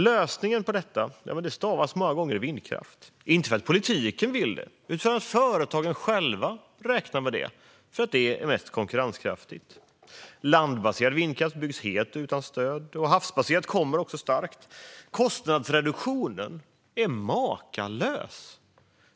Lösningen på detta stavas många gånger vindkraft, inte för att politiken vill det utan för att företagen själva räknar med det därför att det är mest konkurrenskraftigt. Landbaserad vindkraft byggs helt utan stöd, och den havsbaserade kommer också starkt. Kostnadsreduktionen är makalös.